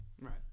Right